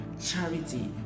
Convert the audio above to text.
charity